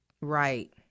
Right